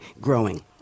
growing